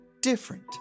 different